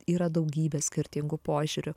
yra daugybė skirtingų požiūrių